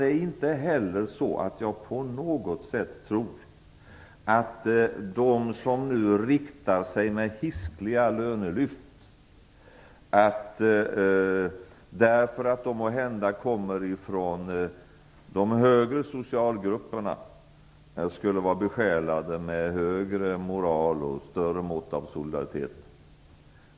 Jag tror inte heller på något sätt att de som nu riktar sig med hiskliga lönelyft skulle, därför att de måhända kommer från de högre socialgrupperna, vara besjälade med högre moral och större mått av solidaritet än andra.